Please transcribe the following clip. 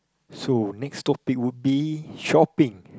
so next stop it would be shopping